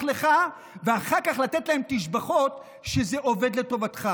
לך ואחר כך לתת לך תשבחות כשזה עובד לטובתך.